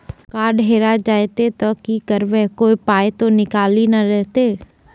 Card हेरा जइतै तऽ की करवै, कोय पाय तऽ निकालि नै लेतै?